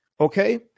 Okay